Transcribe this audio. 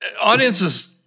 audiences